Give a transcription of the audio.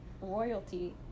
royalty